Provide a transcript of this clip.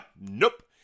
Nope